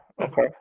Okay